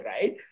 right